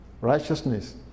righteousness